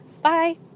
Bye